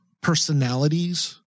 personalities